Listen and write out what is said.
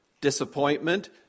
disappointment